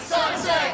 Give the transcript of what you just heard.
Sunset